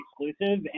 exclusive